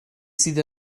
sydd